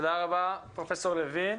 תודה רבה פרופסור לוין.